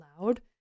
loud